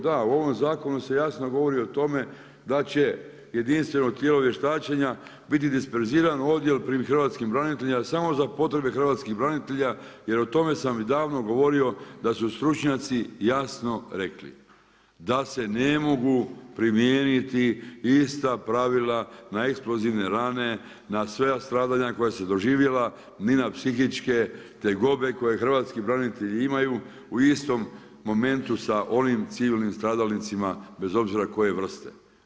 Da, u ovom zakonu se jasno govori o tome da će jedinstveno tijelo vještačenja biti disperzirani odjel pri hrvatskim braniteljima samo za potrebe hrvatskih branitelja jer o tome sam davno govorio da su stručnjaci jasno rekli da se ne mogu primijeniti ista pravila na eksplozivne rane, na sva stradanja koja su doživjeli ni na psihičke tegobe koje hrvatski branitelji imaju u istom momentu sa onim civilnim stradalnicima bez obzira koje vrste.